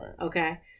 Okay